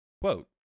Quote